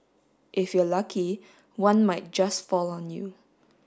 if you're lucky one might just fall on you